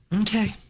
Okay